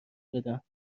بدم